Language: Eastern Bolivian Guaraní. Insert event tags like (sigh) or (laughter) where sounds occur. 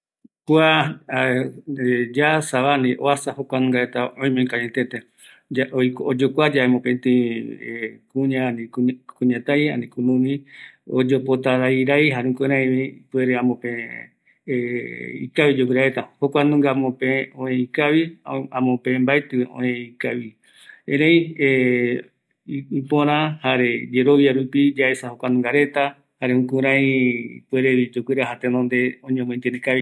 ﻿Kua (hesitation) ani yasava, ani oasa jokua nunga retava, oimeko añetete, ya oyokuae mopeti (hesitation) kuña ani kuñatai, ani kunumi, oyopotararai, jare jukuraivi, ipuere amope (hesitation) ikavi yoguira reta, kuanunga amope oë ikavi, amo, amope mbaeti oë ikavi erei (hesitation) ipöra jare yerovia rupi yaesa jokua nunga retajare jukurai ipuerevi yoguiraja tenonde oyomoentiende kavi